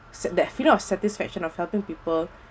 said that feeling of satisfaction of helping people